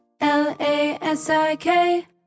L-A-S-I-K